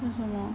为什么